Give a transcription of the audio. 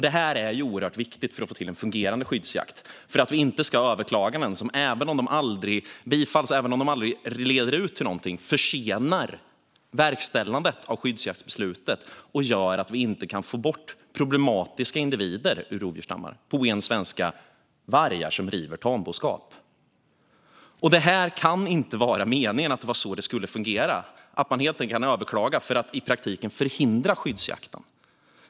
Det här är ju oerhört viktigt för att få till en fungerande skyddsjakt och för att vi inte ska ha överklaganden som, även om de aldrig bifalls eller leder till någonting, försenar verkställandet av skyddsjaktsbeslutet och gör att vi inte kan få bort problematiska individer ur rovdjursstammarna. Jag talar, på ren svenska, om vargar som river tamboskap. Det kan inte ha varit meningen att det skulle fungera så att man helt enkelt kan överklaga för att i praktiken förhindra skyddsjakten.